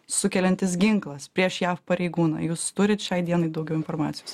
sukeliantis ginklas prieš jav pareigūną jūs turit šiai dienai daugiau informacijos